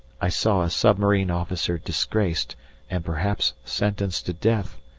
i saw a submarine officer disgraced and perhaps sentenced to death,